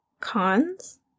cons